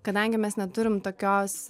kadangi mes neturim tokios